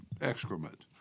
excrement